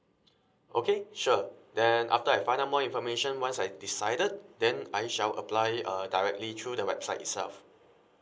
okay sure then after I find out more information once I decided then I shall apply uh directly through the website itself